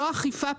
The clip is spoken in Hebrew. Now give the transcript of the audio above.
לא אכיפה פלילית.